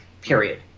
period